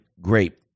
great